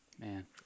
Man